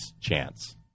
chance